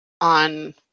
on